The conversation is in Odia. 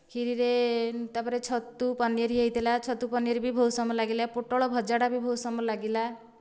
ଖିରିରେ ତା'ପରେ ଛତୁ ପନିର ହୋଇଥିଲା ଛତୁ ପନିର ବି ବହୁତ ସମୟ ଲାଗିଲା ପୋଟଳ ଭଜାଟା ବି ବହୁତ ସମୟ ଲାଗିଲା